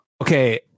Okay